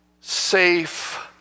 safe